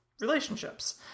relationships